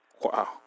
Wow